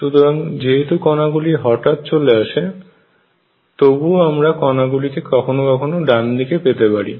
সুতরাং যেহেতু কনা গুলি হঠাৎ চলে আসে তবুও আমরা কনা গুলিকে কখনো কখনো ডান দিকে পেতে পারি